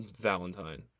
Valentine